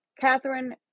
Catherine